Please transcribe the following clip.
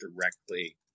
directly